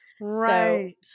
Right